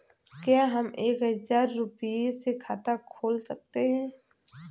क्या हम एक हजार रुपये से खाता खोल सकते हैं?